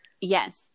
Yes